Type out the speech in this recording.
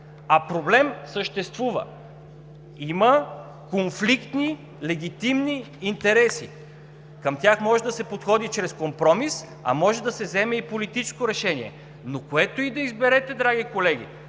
а проблем съществува – има конфликтни легитимни интереси. Към тях може да се подходи чрез компромис, а може да се вземе и политическо решение. Което и да изберете, драги колеги,